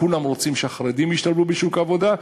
כולם רוצים שהחרדים ישתלבו בשוק העבודה,